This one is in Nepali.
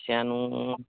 सानो